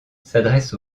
s’adresse